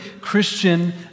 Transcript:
Christian